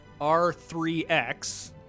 R3X